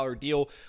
deal